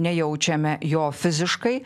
nejaučiame jo fiziškai